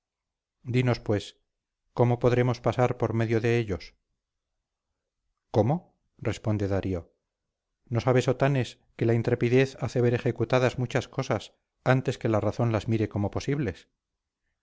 dinos pues cómo podremos pasar por medio de ellos cómo responde darío no sabes otanes que la intrepidez hace ver ejecutadas muchas cosas antes que la razón las mire como posibles